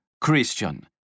Christian